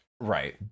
Right